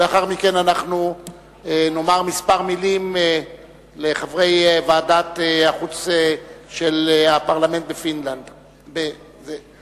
לאחר מכן אנחנו נאמר כמה מלים לחברי ועדת החוץ של הפרלמנט בדנמרק.